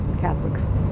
Catholics